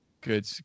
good